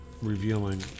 revealing